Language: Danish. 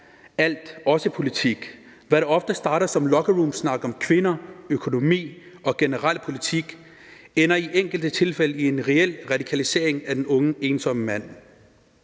alt, også politik. Hvad der ofte starter som lockerroomsnak om kvinder, økonomi og generel politik, ender i enkelte tilfælde i en reel radikalisering af den unge, ensomme mand.